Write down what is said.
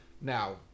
now